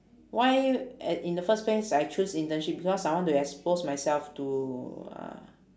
why at in the first place I choose internship because I want to expose myself to uh